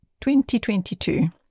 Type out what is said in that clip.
2022